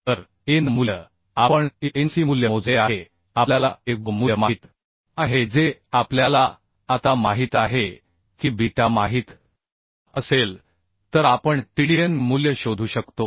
तर an मूल्य आपण anc मूल्य मोजले आहे आपल्याला ago मूल्य माहित आहे जे आपल्याला आता माहित आहे की बीटा माहित असेल तर आपण tdn मूल्य शोधू शकतो